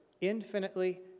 infinitely